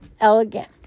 elegant